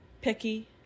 Picky